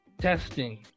Testing